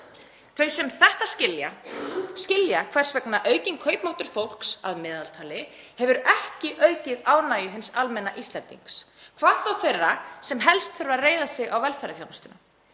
Þau sem þetta skilja, skilja hvers vegna aukinn kaupmáttur fólks að meðaltali hefur ekki aukið ánægju hins almenna Íslendings, hvað þá þeirra sem helst þurfa að reiða sig á velferðarþjónustuna.